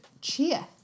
cheer